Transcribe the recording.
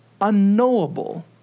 unknowable